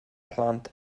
plant